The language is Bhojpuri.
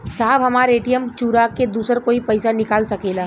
साहब हमार ए.टी.एम चूरा के दूसर कोई पैसा निकाल सकेला?